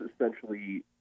essentially